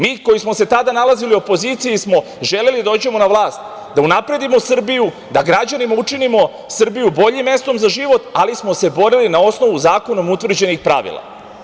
Mi koji smo se tada nalazili u opoziciji smo želeli da dođemo na vlast, da unapredimo Srbiju, da građanima učinimo Srbiju boljim mestom za život, ali smo se borili na osnovu zakonom utvrđenih pravila.